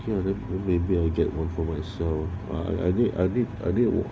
ya then maybe I'll get on for myself I I did I did earlier oh